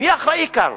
מי אחראי כאן?